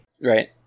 Right